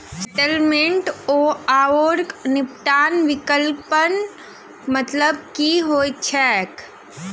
Settlement आओर निपटान विकल्पक मतलब की होइत छैक?